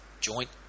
joint